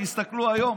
תסתכלו היום,